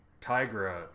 Tigra